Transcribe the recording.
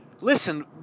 listen